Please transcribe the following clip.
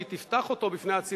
והיא תפתח אותו בפני הציבור,